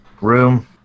room